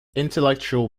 intellectual